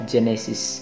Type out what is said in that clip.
Genesis